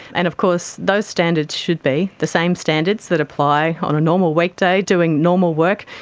and of course those standards should be the same standards that apply on a normal weekday doing normal work,